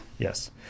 Yes